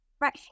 Right